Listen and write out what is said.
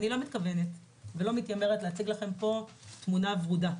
אני לא מתכוונת ולא מתיימרת להציג לכם פה תמונה ורודה.